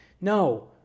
No